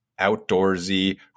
outdoorsy